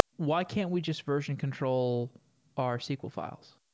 why can't we just version control our sql fi les?